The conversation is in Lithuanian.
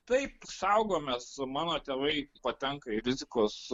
taip saugomės mano tėvai patenka į rizikos